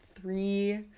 three